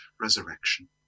resurrection